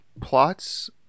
plots